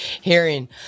hearing